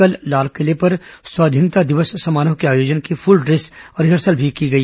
कल लालकिले पर स्वाधीनता दिवस समारोह के आयोजन की फल डेस रिहर्सल भी की गई